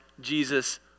Jesus